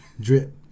Drip